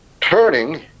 Turning